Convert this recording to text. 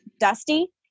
dusty